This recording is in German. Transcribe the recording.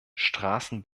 straßen